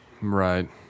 right